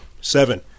Seven